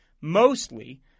mostly